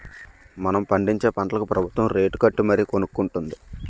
మనం పండించే పంటలకు ప్రబుత్వం రేటుకట్టి మరీ కొనుక్కొంటుంది